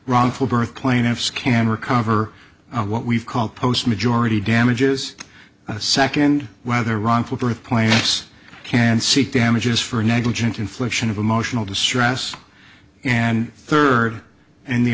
wrongful birth plaintiffs can recover what we've called post majority damages a second whether wrongful birthplace can seek damages for negligent infliction of emotional distress and third and the